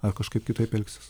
ar kažkaip kitaip elgsis